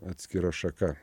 atskira šaka